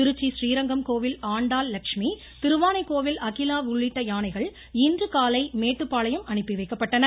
திருச்சி றீரங்கம் கோவில் ஆண்டாள் லெஷ்மி திருவானைக்கோவில் அகிலா உள்ளிட்ட யானைகள் இன்று காலை மேட்டுப்பாளையம் அனுப்பி வைக்கப்பட்டன